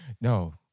No